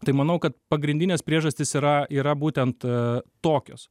tai manau kad pagrindinės priežastys yra yra būtent tokios